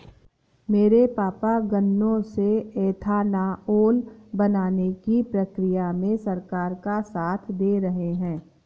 मेरे पापा गन्नों से एथानाओल बनाने की प्रक्रिया में सरकार का साथ दे रहे हैं